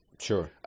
Sure